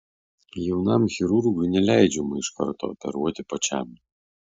jaunam chirurgui neleidžiama iš karto operuoti pačiam